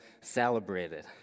celebrated